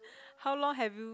how long have you